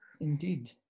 Indeed